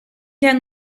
down